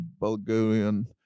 Bulgarian